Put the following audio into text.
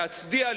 להצדיע,